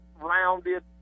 rounded